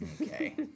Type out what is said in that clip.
Okay